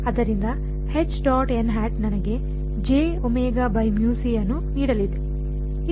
ಆದ್ದರಿಂದ ನನಗೆ ಅನ್ನು ನೀಡಲಿದೆ ಇನ್ನೇನು